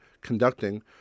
conducting